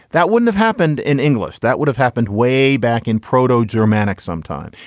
that wouldn't have happened in english. that would have happened way back in proteau germanic sometimes.